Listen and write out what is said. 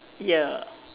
ya